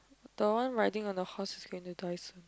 the one riding on the horse is going to die soon